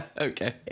Okay